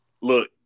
Look